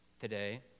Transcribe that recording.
today